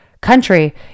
country